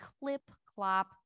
clip-clop